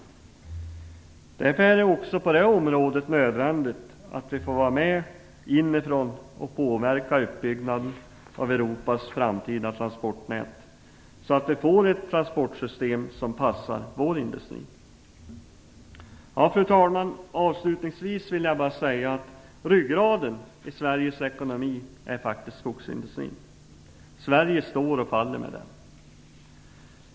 Därför är det också på det området nödvändigt att vi får vara med och inifrån påverka uppbyggnaden av Europas framtida transportnät, så att vi får ett transportsystem som passar vår industri. Fru talman! Avslutningsvis vill jag bara säga att ryggraden i Sveriges ekonomi är skogsindustrin. Sverige står och faller med den.